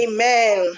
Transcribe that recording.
Amen